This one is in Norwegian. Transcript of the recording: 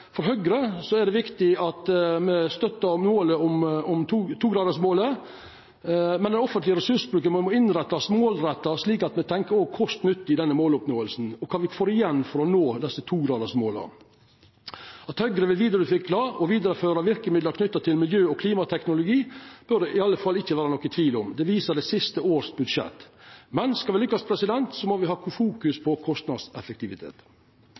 me støttar togradersmålet, men den offentlege ressursbruken må innrettast målretta, slik at me òg tenkjer kost–nytte i denne måloppnåinga og kva me får igjen for å nå desse togradersmåla. At Høgre vil vidareutvikla og vidareføra verkemidla knytte til miljø- og klimateknologi, bør det i alle fall ikkje vera nokon tvil om. Det viser det siste budsjettet for det siste året. Men skal me lykkast, må me fokusere på kostnadseffektivitet.